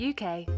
uk